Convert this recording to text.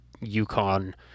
Yukon